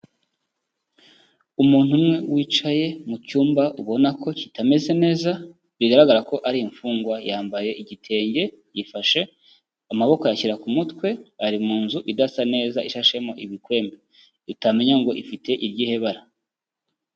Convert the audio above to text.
Umuntu umwe wicaye mu cyumba, ubona ko kitameze neza, bigaragara ko ari imfungwa yambaye igitenge, yifashe amaboko ashyira ku mutwe, ari mu nzu idasa neza ishashemo ibikwembe, itamenya ngo ifite iri he bara.